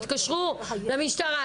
התקשרו למשטרה.